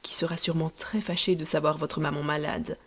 qui sera sûrement très fâché de savoir votre maman malade